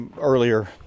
earlier